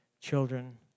children